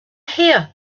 here